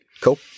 Cool